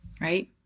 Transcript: right